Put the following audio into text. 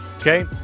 okay